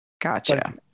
Gotcha